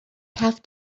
have